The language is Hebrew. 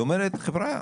היא אומרת, חבריה,